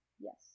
Yes